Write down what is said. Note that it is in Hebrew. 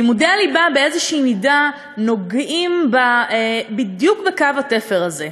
לימודי הליבה באיזושהי מידה נוגעים בדיוק בקו התפר הזה.